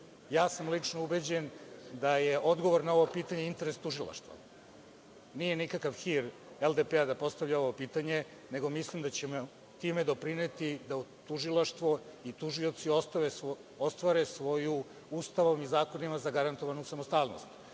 sam ubeđen da je odgovor na ovo pitanje interes tužilaštva. Nije nikakav hir LDP da postavlja ovo pitanje, nego mislim da ćemo time doprineti da tužilaštvo i tužioci ostvare svoju, Ustavom i zakonima za garantovanu, samostalnost